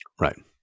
Right